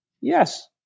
Yes